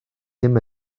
ddim